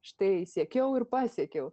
štai siekiau ir pasiekiau